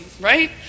right